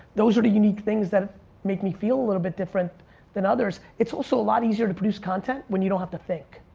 those are the unique things that make me feel a little bit different than others. it's also a lot easier to produce content when you don't have to think.